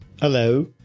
Hello